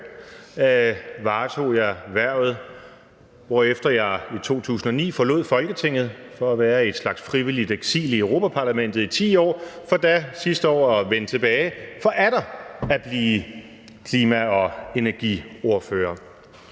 varetog jeg hvervet, hvorefter jeg i 2009 forlod Folketinget for at være i en slags frivilligt eksil i Europa-Parlamentet i 10 år for sidste år at vende tilbage for atter at blive klima- og energiordfører.